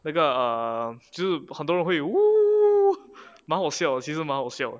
那个 err 就很多人会 !woo! 蛮好笑其实蛮好笑的